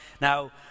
Now